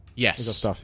Yes